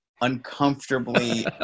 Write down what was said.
uncomfortably